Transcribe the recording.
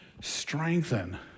strengthen